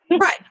Right